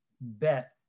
bet